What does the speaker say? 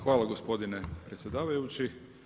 Hvala gospodine predsjedavajući.